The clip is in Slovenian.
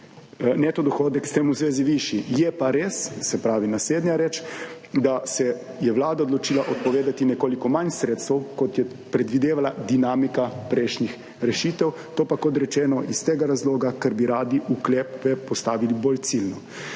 neto dohodek s tem v zvezi višji. Je pa res, se pravi, naslednja reč, da se je Vlada odločila odpovedati nekoliko manj sredstev, kot je predvidevala dinamika prejšnjih rešitev. To pa, kot rečeno, iz tega razloga, ker bi radi ukrepe postavili bolj ciljno.